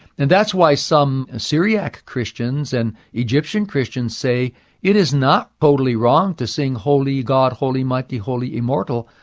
and that's why some syriac christians and egyptian christians say it is not totally wrong to sing, holy god, holy mighty, holy immortal,